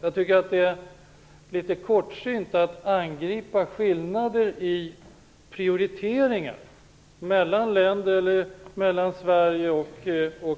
Jag tycker att det är litet kortsynt att angripa skillnader i prioriteringar mellan länder eller mellan Sverige och